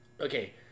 okay